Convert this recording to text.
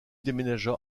déménagea